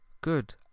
Good